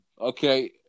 Okay